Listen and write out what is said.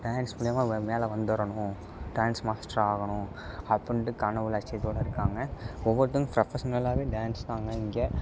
dance மூலிமா மேலே வந்துரணும் டான்ஸ் மாஸ்டராகணும் அப்புடின்னுட்டு கனவு லட்சியத்தோடு இருக்காங்க ஒவ்வொருத்தங்க ப்ரொபஷ்னலாகவே டான்ஸ் தான்ங்க இங்கே